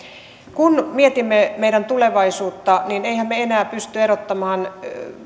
kun mietimme meidän tulevaisuutta niin emmehän me enää pysty erottamaan